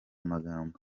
magambo